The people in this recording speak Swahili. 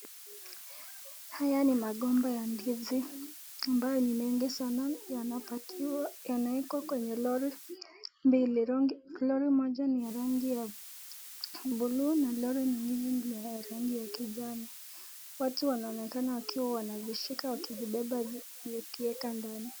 Haya ni magomba ya ndizi ambayo ni mingi sana yanapakiwa yanawekwa kwenye lori mbili, lori moja ni ya rangi ya buluu na lori nyingine ni ya rangi ya kijani watu wanaonekana wakiwa wanazishika wakizibeba wakienda ndani.